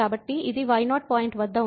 కాబట్టి ఇది y0 point వద్ద ఉంది